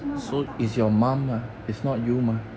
应该买大的 hor